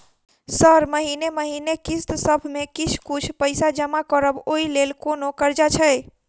Sir महीने महीने किस्तसभ मे किछ कुछ पैसा जमा करब ओई लेल कोनो कर्जा छैय?